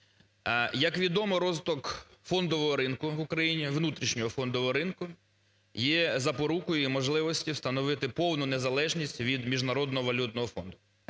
Як відомо, розвиток фондового ринку в Україні, внутрішнього фондового ринку є запорукою і можливістю встановити повну незалежність від Міжнародного валютного фонду